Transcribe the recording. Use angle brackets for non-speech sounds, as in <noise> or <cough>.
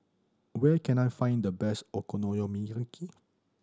where can I find the best <unintelligible>